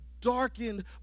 Darkened